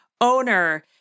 owner